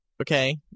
okay